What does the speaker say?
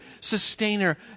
sustainer